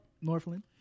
Northland